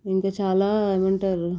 ఇంకా చాలా ఏమంటారు